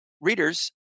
readers